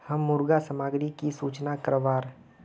हम मुर्गा सामग्री की सूचना करवार?